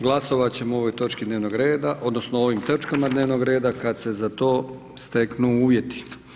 Glasovat će o ovoj točki dnevnog reda, odnosno o ovim točkama dnevnog reda kad se za to steknu uvjeti.